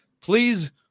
Please